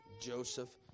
Joseph